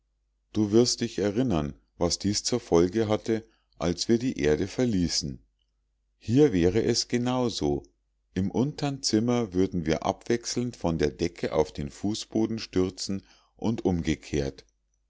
du wirst dich erinnern was dies zur folge hatte als wir die erde verließen hier wäre es genau so im untern zimmer würden wir abwechselnd von der decke auf den fußboden stürzen und umgekehrt